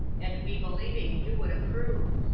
and we believing you would approve.